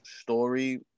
story